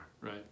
right